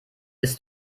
ist